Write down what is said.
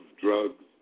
drugs